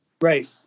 Right